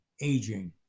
aging